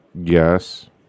Yes